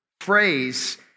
phrase